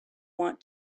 want